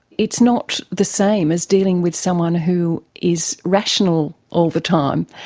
it's not the same as dealing with someone who is rational all the time.